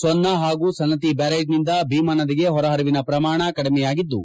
ಸೊನ್ನ ಪಾಗೂ ಸನ್ನತಿ ಬ್ಯಾರೇಜ್ನಿಂದ ಭೀಮಾ ನದಿಗೆ ಪೊರಪರಿವಿನ ಪ್ರಮಾಣ ಕಡಿಮೆಯಾಗಿದ್ದು